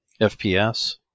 FPS